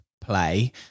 play